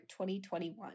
2021